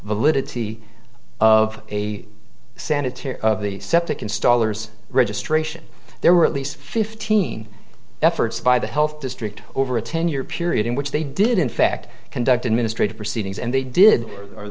validity of a sanitary of the septic installers registration there were at least fifteen efforts by the health district over a ten year period in which they did in fact conduct administrative proceedings and they did